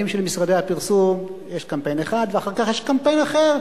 של משרדי הפרסום יש קמפיין אחד ואחר כך יש קמפיין אחר,